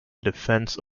defense